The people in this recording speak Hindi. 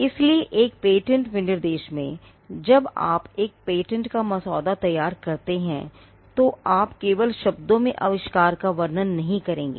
इसलिए एक पेटेंट विनिर्देश में जब आप एक पेटेंट का मसौदा तैयार करते हैं तो आप केवल शब्दों में आविष्कार का वर्णन नहीं करेंगे